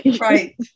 Right